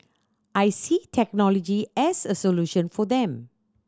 I see technology as a solution for them